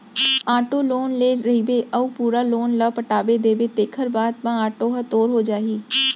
auto loan ले रहिबे अउ पूरा लोन ल पटा देबे तेखर बाद म आटो ह तोर हो जाही